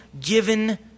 given